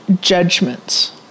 judgments